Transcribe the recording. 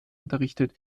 unterrichtet